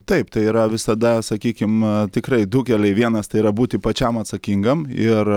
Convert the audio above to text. taip tai yra visada sakykim tikrai du keliai vienas tai yra būti pačiam atsakingam ir